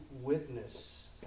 witness